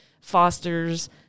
fosters